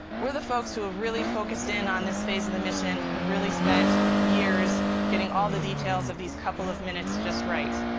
we're the folks who have ah really focused in on this phase of the mission, have really spent years getting all the details of these couple of minutes just right.